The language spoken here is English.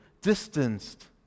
distanced